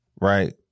right